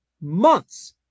months